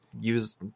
use